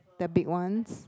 the big ones